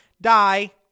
die